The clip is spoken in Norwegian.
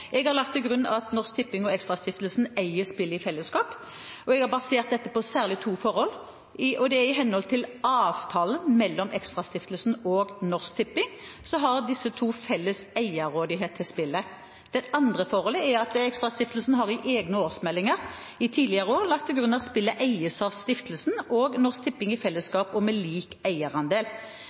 Jeg har lagt til grunn at Norsk Tipping og ExtraStiftelsen eier spillet i fellesskap, og jeg har basert dette på særlig to forhold. I henhold til avtalen mellom ExtraStiftelsen og Norsk Tipping har disse to felles eierrådighet til spillet. Det andre forholdet er at ExtraStiftelsen i egne årsmeldinger i tidligere år har lagt til grunn at spillet eies av stiftelsen og Norsk Tipping i fellesskap og med lik eierandel.